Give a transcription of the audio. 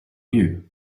you